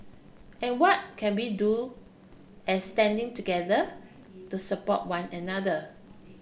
and what can we do as standing together to support one another